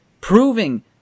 proving